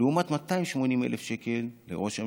לעומת 280,000 שקל לראש הממשלה.